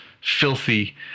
filthy